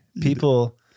people